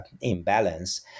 imbalance